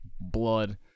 blood